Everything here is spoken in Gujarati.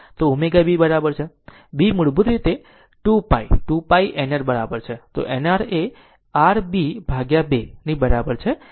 તો ω b બરાબર છે b મૂળભૂત રીતે 2 π 2 π n r બરાબર છે